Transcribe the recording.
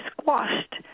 squashed